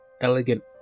elegant